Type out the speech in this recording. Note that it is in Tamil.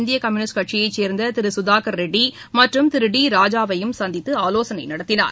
இந்திய கம்யுனிஸ்ட் கட்சியைச் சோ்ந்த திரு சுதாகர் ரெட்டி மற்றும் திரு டி ராஜா வையும் சந்தித்து ஆலோசனை நடத்தினார்